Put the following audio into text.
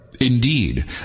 Indeed